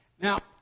Now